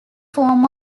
form